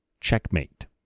checkmate